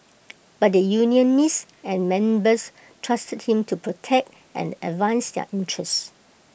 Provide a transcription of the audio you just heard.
but the unionists and members trusted him to protect and advance their interests